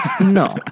No